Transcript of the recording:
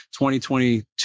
2022